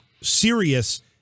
serious